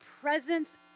presence